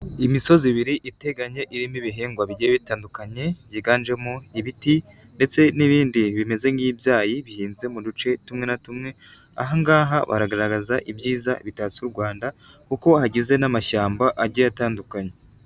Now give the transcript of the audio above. Imisozi ibiri iteganye irimo ibihingwa bigiye bitandukanye byiganjemo ibiti ndetse n'ibindi bimeze nk'ibyayi bihinze mu duce tumwe na tumwe, ahangaha baragaragaza ibyiza bitatse u Rwanda kuko hagize n'amashyamba agiye atandukanye.